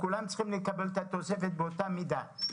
כולם צריכים לקבל את התוספת באותה מידה.